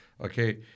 okay